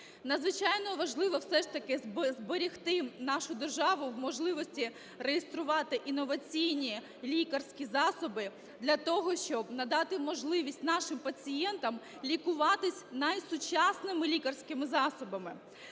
Надзвичайно важливо все ж таки зберегти нашу державу в можливості реєструвати інноваційні лікарські засоби для того, щоб надати можливість нашим пацієнтам лікуватися найсучаснішими лікарськими засобами.